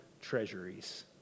treasuries